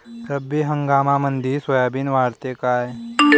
रब्बी हंगामामंदी सोयाबीन वाढते काय?